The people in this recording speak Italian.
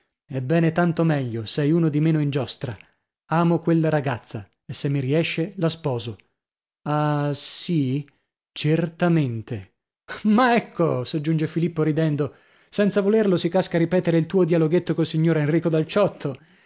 ebbene tanto meglio sei uno di meno in giostra amo quella ragazza e se mi riesce la sposo ah sì certamente ma ecco soggiunge filippo rìdendo senza volerlo si casca a ripetere il tuo dialoghetto col signor enrico dal ciotto